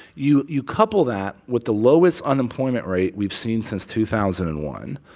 you you couple that with the lowest unemployment rate we've seen since two thousand and one.